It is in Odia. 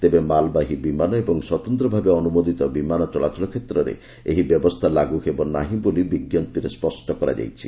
ତେବେ ମାଲବାହୀ ବିମାନ ଏବଂ ସ୍ପତନ୍ତଭାବେ ଅନୁମୋଦିତ ବିମାନ ଚଳାଚଳ କ୍ଷେତ୍ରରେ ଏହି ବ୍ୟବସ୍ଥା ଲାଗୁ ହେବ ନାହିଁ ବୋଲି ବିଜ୍ଞପ୍ତିରେ ସ୍ୱଷ୍ଟ କରାଯାଇଛି